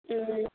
ம்